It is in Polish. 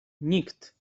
nikt